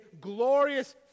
glorious